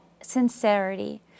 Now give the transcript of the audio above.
sincerity